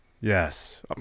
Yes